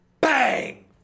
bang